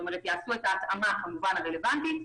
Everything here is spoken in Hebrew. עושים את ההתאמה הרלוונטית.